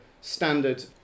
standard